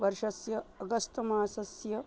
वर्षस्य अगस्तमासस्य